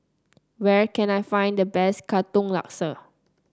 where can I find the best Katong Laksa